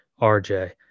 RJ